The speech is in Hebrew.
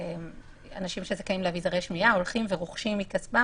אנשים שזכאים לאביזרי שמיעה רוכשים מכספם,